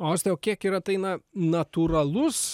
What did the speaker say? o auste o kiek yra tai na natūralus